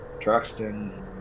Truxton